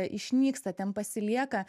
išnyksta ten pasilieka